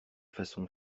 façon